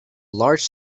large